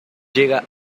llega